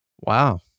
Wow